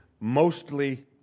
mostly